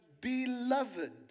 beloved